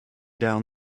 down